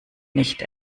nicht